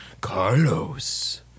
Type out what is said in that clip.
Carlos